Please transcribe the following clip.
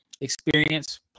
experience